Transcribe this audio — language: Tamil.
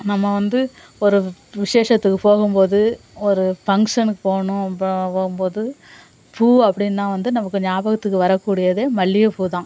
நம்ம வந்து ஒரு விசேஷத்துக்கு போகும்போது ஒரு ஃபங்க்ஷனுக்கு போகணும் ப போகும்போது பூ அப்படின்னா வந்து நமக்கு ஞாபகத்துக்கு வரக்கூடியது மல்லிகைப்பூதான்